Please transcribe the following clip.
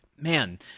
man